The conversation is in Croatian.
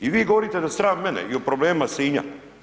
I vi govorite da sram mene i o problemima Sinja.